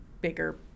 bigger